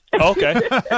Okay